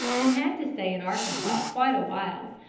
and had to stay in arkansas quite a while,